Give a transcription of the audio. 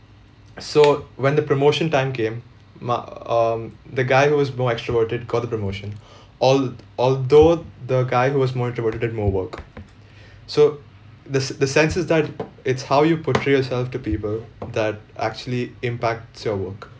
so when the promotion time came ma~ um the guy who was more extroverted got the promotion al~ although the guy who was more introverted did more work so the s~ the sense is that it's how you portray yourself to people that actually impacts your work